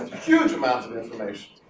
huge amount of information.